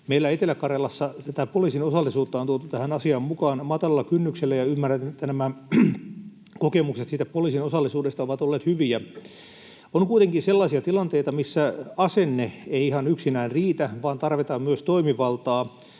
Meillä Etelä-Karjalassa tätä poliisin osallisuutta on tuotu tähän asiaan mukaan matalalla kynnyksellä, ja ymmärrän, että nämä kokemukset poliisin osallisuudesta ovat olleet hyviä. On kuitenkin sellaisia tilanteita, missä asenne ei ihan yksinään riitä vaan tarvitaan myös toimivaltaa,